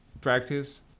practice